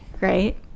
right